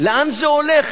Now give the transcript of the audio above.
לאן זה הולך?